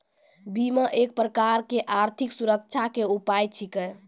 बीमा एक प्रकारो के आर्थिक सुरक्षा के उपाय छिकै